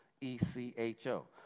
E-C-H-O